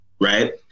right